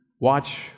Watch